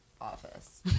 office